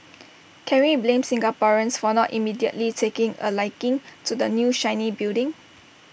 can we blame Singaporeans for not immediately taking A liking to the new shiny building